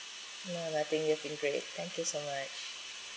no I think you've been great thank you so much